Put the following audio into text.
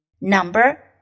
Number